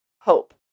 hope